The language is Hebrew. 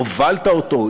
הובלת אותו,